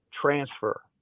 transfer